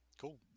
Cool